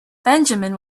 benjamin